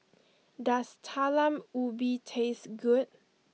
does Talam Ubi taste good